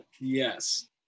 Yes